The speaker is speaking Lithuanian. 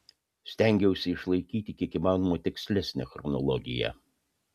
stengiausi išlaikyti kiek įmanoma tikslesnę chronologiją